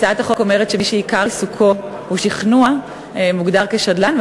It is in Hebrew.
הצעת החוק אומרת שמי שעיקר עיסוקו הוא שכנוע מוגדר כשדלן,